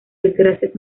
desgracias